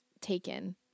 taken